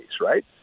right